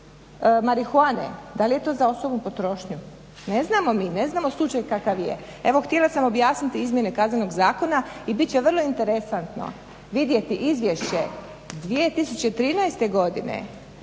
marihuane, da li je to za osobnu potrošnju, ne znamo mi, ne znamo slučaj kakav je. Evo htjela sam objasniti izmjene Kaznenog zakona i bit će vrlo interesantno vidjeti izvješće 2013.godine